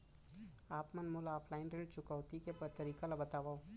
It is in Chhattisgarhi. आप मन मोला ऑफलाइन ऋण चुकौती के तरीका ल बतावव?